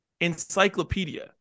encyclopedia